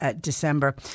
December